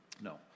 No